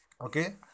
okay